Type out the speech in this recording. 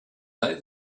day